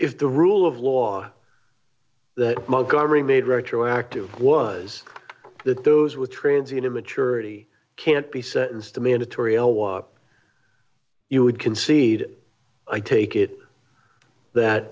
if the rule of law that montgomery made retroactive was that those with transitive maturity can't be sentenced to mandatory l wop you would concede i take it that